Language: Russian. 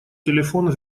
телефон